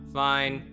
fine